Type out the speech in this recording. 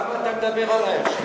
אבל למה אתה מדבר עלי עכשיו?